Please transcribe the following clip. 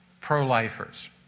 pro-lifers